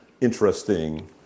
interesting